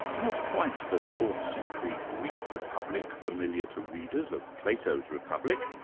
not quite the fourth century greek republic familiar to readers of plato's republic,